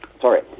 Sorry